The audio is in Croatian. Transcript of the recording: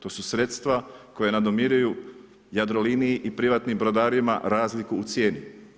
To su sredstva koja nam nadomiruju Jadroliniji i privatnim brodarima razliku u cijeni.